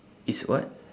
it's what